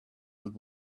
would